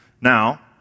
Now